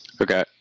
okay